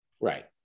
Right